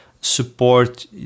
support